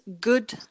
good